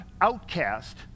outcast